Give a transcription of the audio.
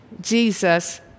Jesus